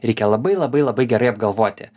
reikia labai labai labai gerai apgalvoti